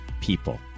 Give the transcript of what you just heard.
people